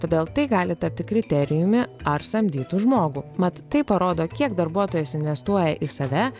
todėl tai gali tapti kriterijumi ar samdytų žmogų mat tai parodo kiek darbuotojas investuoja į save